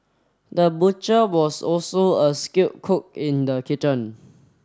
the butcher was also a skilled cook in the kitchen